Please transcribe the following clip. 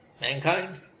Mankind